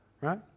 right